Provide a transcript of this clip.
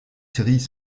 séries